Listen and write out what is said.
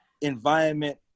environment